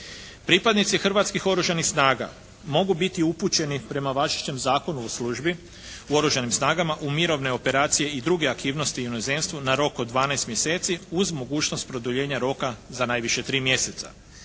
Pripadnici Hrvatskih oružanih snaga mogu biti upućeni prema važećem Zakonu o službi u oružanim snagama u mirovine operacije i druge aktivnosti u inozemstvu na rok od 12 mjeseci uz mogućnost produljenja roka za najviše 3 mjeseca.